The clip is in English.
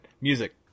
music